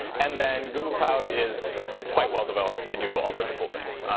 and then google cloud is quite well developed. they do all sorts of cool things.